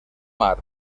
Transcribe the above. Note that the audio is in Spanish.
mar